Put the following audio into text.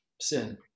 sin